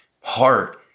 heart